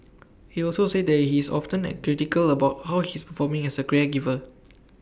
he also said that he is often A critical about how he is performing as A caregiver